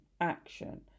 action